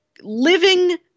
living